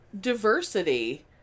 diversity